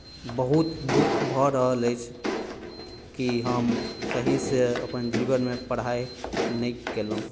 बहुत दुख भऽ रहल अछि कि हम सहीसँ अपन जीवनमे पढ़ाइ नहि केलहुँ